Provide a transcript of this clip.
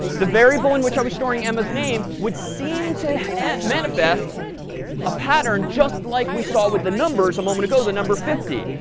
the variable in which i was storing emma's name would seem to manifest a pattern just like we saw with the numbers a moment ago, the number fifty.